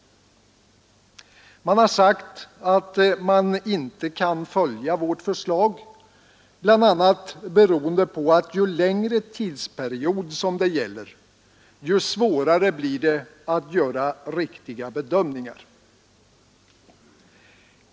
Man har sagt att man inte kan följa vårt förslag, bl.a. beroende på att ju längre tidsperiod det gäller, ju svårare blir det att göra riktiga bedömningar.